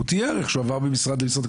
הוא תיאר איך שהוא עבר ממשרד למשרד.